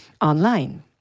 online